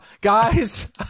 guys